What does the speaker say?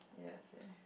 yeah same